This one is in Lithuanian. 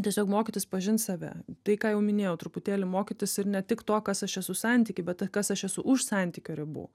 tiesiog mokytis pažint save tai ką jau minėjau truputėlį mokytis ir ne tik to kas aš esu santyky bet kas aš esu už santykio ribų